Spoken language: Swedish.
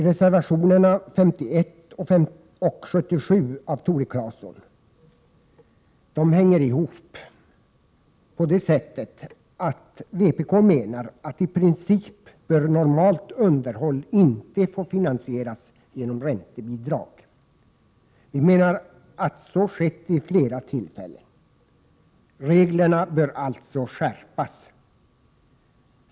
Reservationerna 51 och 77 av Tore Claeson hänger samman på så sätt att vpk menar att i princip bör normalt underhåll inte få finansieras genom räntebidrag. Vi menar att så har skett vid flera tillfällen. Reglerna bör alltså skärpas.